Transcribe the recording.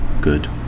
good